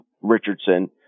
Richardson